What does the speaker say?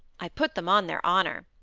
i put them on their honour.